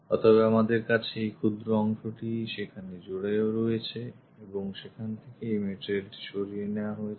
অতএব আমাদের কাছে এই ক্ষুদ্র অংশটি সেখানে জুড়ে রয়েছে এবং সেখান থেকে এই material টি সরিয়ে নেওয়া হয়েছে